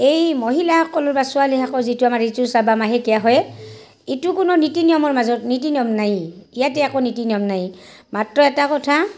এই মহিলাসকলৰ বা ছোৱালীসকলৰ যিটো আমাৰ ঋতুস্ৰাৱ বা মাহেকীয়া হৈয়ে ইটো কোনো নীতি নিয়মৰ মাজত নীতি নিয়ম নাইয়ে ইয়াতে একো নীতি নিয়ম নায়েই মাত্ৰ এটা কথা